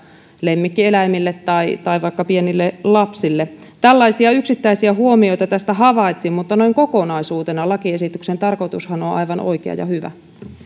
lemmikkieläimille tai tai vaikka pienille lapsille tällaisia yksittäisiä huomioita tästä havaitsin mutta noin kokonaisuutena lakiesityksen tarkoitushan on on aivan oikea ja hyvä